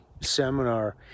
seminar